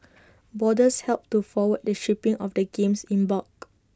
boarders helped to forward the shipping of the games in bulk